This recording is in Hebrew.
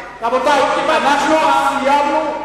רבותי, אנחנו סיימנו את הדיון.